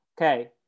okay